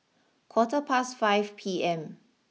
quarter past five P M